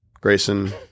Grayson